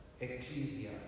Ecclesia